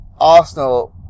Arsenal